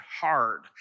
hard